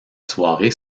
soirée